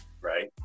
Right